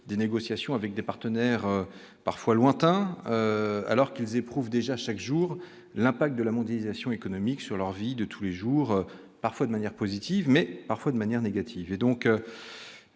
des négociations avec des partenaires parfois lointain, alors qu'ils éprouvent déjà chaque jour l'impact de la mondialisation économique sur leur vie de tous les jours, parfois de manière positive, mais parfois de manière négative